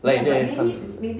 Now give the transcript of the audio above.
like there is some seats ah